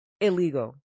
Illegal